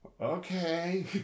Okay